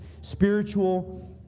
Spiritual